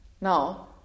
Now